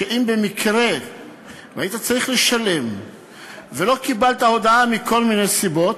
שאם במקרה היית צריך לשלם ולא קיבלת הודעה מכל מיני סיבות,